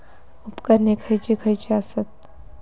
उपकरणे खैयची खैयची आसत?